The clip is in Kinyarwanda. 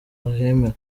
ahemewe